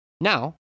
Now